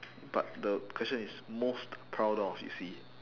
but the question is most proud of you see